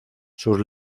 sus